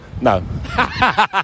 no